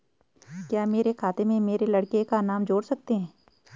क्या मेरे खाते में मेरे लड़के का नाम जोड़ सकते हैं?